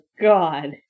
God